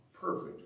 perfect